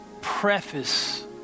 preface